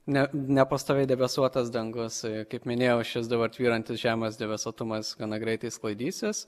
ne nepastoviai debesuotas dangus kaip minėjau šis dabar tvyrantis žemas debesuotumas gana greitai sklaidysis